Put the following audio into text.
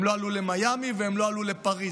הם לא עלו למיאמי והם לא עלו לפריז,